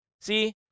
See